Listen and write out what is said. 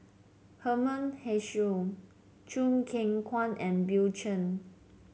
Herman Hochstadt Choo Keng Kwang and Bill Chen